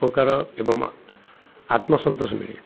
ଉପକାର ଏବଂ ଆତ୍ମସନ୍ତୋଷ ମିଳେ